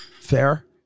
Fair